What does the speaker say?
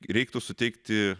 reiktų suteikti